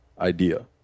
idea